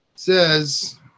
Says